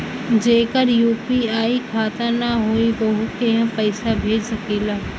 जेकर यू.पी.आई खाता ना होई वोहू के हम पैसा भेज सकीला?